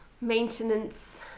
maintenance